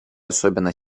особенно